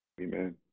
amen